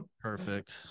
Perfect